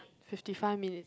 fifty five minutes